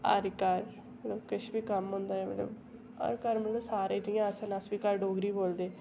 हर इक घर मतलब किश बी कम्म होंदा मतलब हर घर मतलब सारे जियां अस न अस बी घर डोगरी बोलदे